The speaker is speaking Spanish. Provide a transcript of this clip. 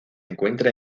encuentra